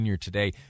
today